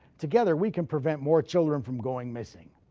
together we can prevent more children from going missing.